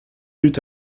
dud